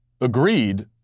agreed